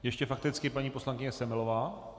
Ještě fakticky paní poslankyně Semelová.